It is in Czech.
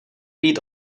být